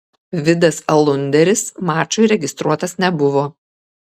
vidas alunderis mačui registruotas nebuvo